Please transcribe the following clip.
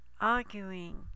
arguing